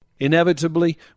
Inevitably